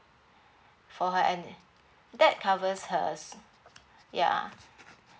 for her and that covers hers ya